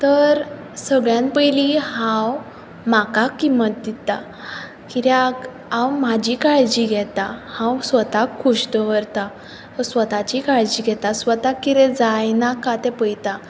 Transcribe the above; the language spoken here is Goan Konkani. तर सगळ्यांत पयलीं हांव म्हाका किंमत दितां कित्याक हांव म्हजी काळजी घेतां हांव स्वताक खूश दवरतां स्वताची काळजी घेता स्वताक कितें जाय नाका तें पळेता